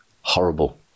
horrible